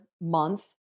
month